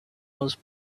was